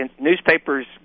newspapers